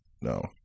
No